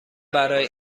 برای